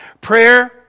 Prayer